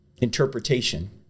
interpretation